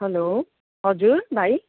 hello हजुर भाइ